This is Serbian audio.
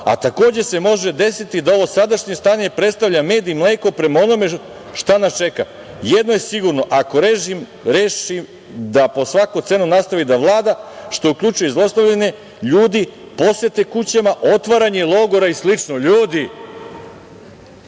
a takođe se može desiti da ovo sadašnje stanje predstavlja med i mleko prema onome šta nas čeka. Jedno je sigurno, ako režim reši da po svaku cenu nastavi da vlada, što uključuje i zlostavljanje ljudi, posete kućama, otvaranje logora i slično. Ljudi,